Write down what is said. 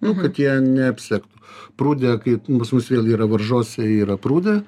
nu kad jie ne apsektų prūde kaip pas mus vėl yra varžose yra prūde